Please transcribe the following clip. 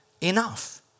enough